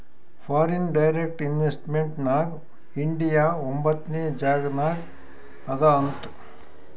foreign direct investment ನಾಗ್ India ಒಂಬತ್ನೆ ಜಾಗನಾಗ್ ಅದಾ ಅಂತ್